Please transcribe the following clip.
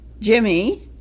Jimmy